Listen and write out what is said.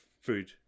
food